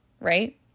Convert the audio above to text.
right